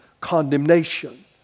condemnation